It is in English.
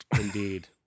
Indeed